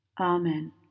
Amen